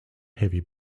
heavy